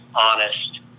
honest